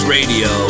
Radio